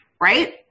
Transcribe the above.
right